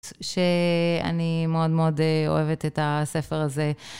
שאני מאוד מאוד אוהבת את הספר הזה.